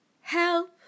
Help